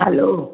hello